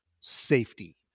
safety